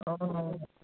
అవునవును